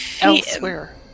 elsewhere